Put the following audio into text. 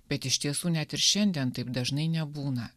bet iš tiesų net ir šiandien taip dažnai nebūna